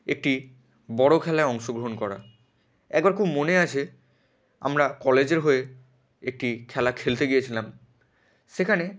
একটি বড় খেলায় অংশগ্রহণ করা একবার খুব মনে আছে আমরা কলেজের হয়ে একটি খেলা খেলতে গিয়েছিলাম সেখানে